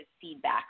feedback